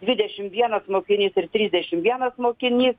dvidešim vienas mokinys ir trisdešim vienas mokinys